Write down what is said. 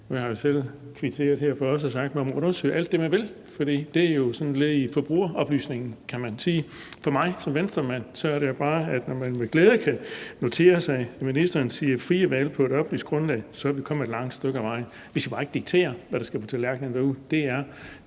Jeg har selv kvitteret for, at der også blev sagt, at man må undersøge alt det, man vil. For det er jo sådan et led i forbrugeroplysningen, kan man sige. Som Venstremand kan man jo bare med glæde notere sig, at ministeren siger: »frie valg på et oplyst grundlag«. For så er vi kommet et langt stykke ad vejen. Vi skal bare ikke diktere, hvad der skal på tallerkenen derude;